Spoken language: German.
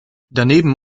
daneben